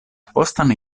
postan